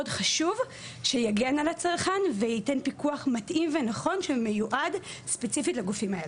חשוב שיגן על הצרכן וייתן פיקוח מתאים ונכון שמיועד ספציפית לגופים האלה.